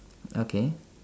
okay